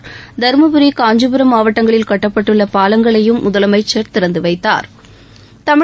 இது தவிர தர்மபுரி காஞ்சிபுரம் மாவட்டங்களில் கட்டப்பட்டுள்ள பாலங்களையும் முதலமைச்சர் திறந்து வைத்தாா்